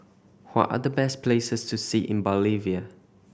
what are the best places to see in Bolivia